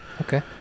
Okay